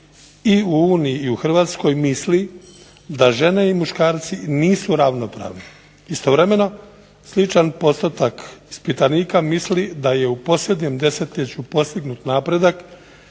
i u Uniji i u Hrvatskoj misli da žene i muškarci nisu ravnopravni. Istovremeno sličan postotak ispitanika misli da je u posljednjem desetljeću postignut napredak